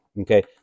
Okay